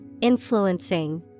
influencing